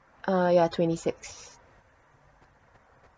uh yeah twenty-six